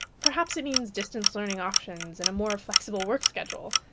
perhaps it means distance learning options, and a more flexible work schedule.